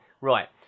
Right